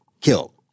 killed